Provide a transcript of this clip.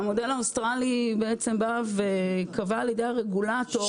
שהמודל האוסטרלי קבע על ידי הרגולטור,